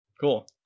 Cool